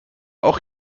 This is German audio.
auch